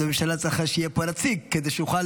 אז הממשלה צריכה שיהיה פה נציג, כדי שיוכל